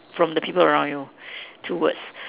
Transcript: from the people around you two words